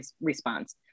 response